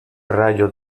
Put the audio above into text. rayo